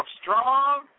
strong